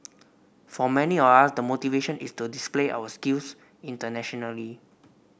for many of us the motivation is to display our skills internationally